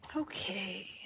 Okay